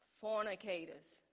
fornicators